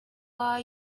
are